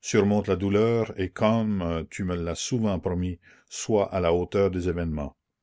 surmonte la douleur et comme tu me l'as souvent promis sois à la hauteur des événements